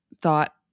thought